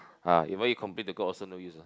ah even you complain to God also no use ah